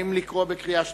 האם לקרוא בקריאה שלישית?